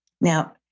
Now